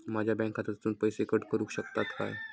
माझ्या बँक खात्यासून पैसे कट करुक शकतात काय?